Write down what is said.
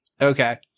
Okay